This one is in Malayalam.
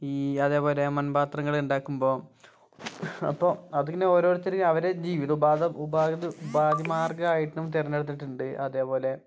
ഈ അതേപോലെ മൺപാത്രങ്ങള് ഉണ്ടാക്കുമ്പോൾ അപ്പം അതിങ്ങനെ ഓരോരുത്തരും അവരുടെ ജീവിതോപാധി ഉപാ ഉപാത ഉപാഗ മാർഗം ആയിട്ടും തിരഞ്ഞെടുത്തിട്ടുണ്ട് അതേപോലെ